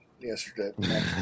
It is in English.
yesterday